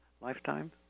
lifetime